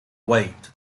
weight